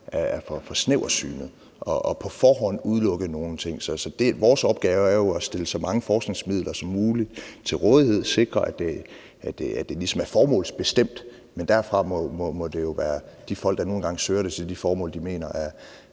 er for snæversynet på forhånd at udelukke nogle ting. Vores opgave er jo at stille så mange forskningsmidler som muligt til rådighed og sikre, at det ligesom er formålsbestemt, men derfra må det jo være de folk, der nu engang søger det til de teknologier, de mener